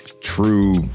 true